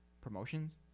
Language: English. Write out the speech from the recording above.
promotions